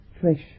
fresh